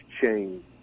change